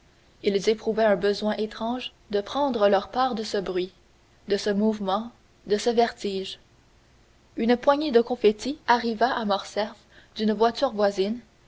ils éprouvaient un besoin étrange de prendre leur part de ce bruit de ce mouvement de ce vertige une poignée de confetti qui arriva à morcerf d'une voiture voisine